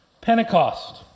Pentecost